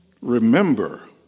Remember